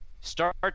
start